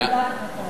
אני מודעת לתקנון.